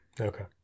okay